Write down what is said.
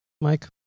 Mike